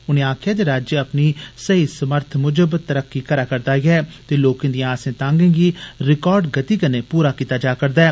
उनें आक्खेआ जे राज्य अपनी सेई समर्थ मूजब तरक्की करै रदा ऐ ते लोकें दिएं आसें तागें गी रिकार्ड गति नै पूरा कीता जारदा ऐ